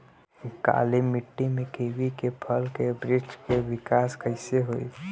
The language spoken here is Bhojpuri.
काली मिट्टी में कीवी के फल के बृछ के विकास कइसे होई?